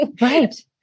Right